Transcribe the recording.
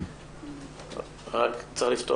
רציתי להתחיל